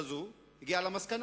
המדיניות הזאת, הגיעה למסקנה